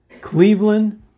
Cleveland